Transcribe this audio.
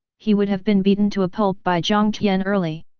he would have been beaten to a pulp by jiang tian early.